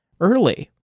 early